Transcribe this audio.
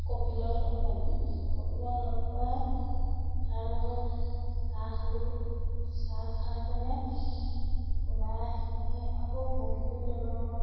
কপিলক লগ পালোঁ কপিলক লগ পাই তাৰ লগত চাহ খালোঁ চাহ খাই কেনে ওলাই আহি আকৌ বগীবিল দলঙত